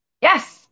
Yes